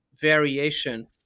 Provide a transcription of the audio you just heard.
variation